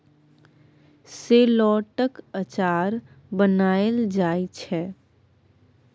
शेलौटक अचार बनाएल जाइ छै